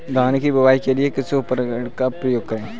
धान की बुवाई करने के लिए किस उपकरण का उपयोग करें?